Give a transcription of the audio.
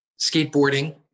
skateboarding